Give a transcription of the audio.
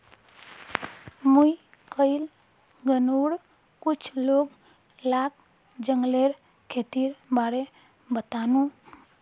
मुई कइल गांउर कुछ लोग लाक जंगलेर खेतीर बारे बतानु